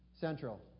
Central